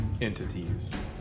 entities